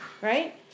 right